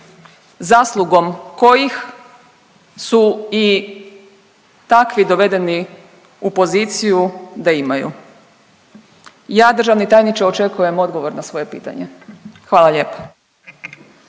zaslugom kojih su i takvi dovedeni u poziciju da imaju. Ja državni tajniče očekujem odgovor na svoje pitanje. Hvala lijepa.